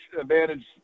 advantage